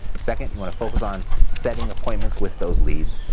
second, you want to focus on setting appointments with those leads.